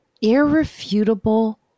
Irrefutable